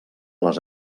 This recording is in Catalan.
les